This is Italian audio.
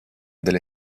delle